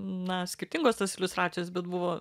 na skirtingos tos iliustracijos bet buvo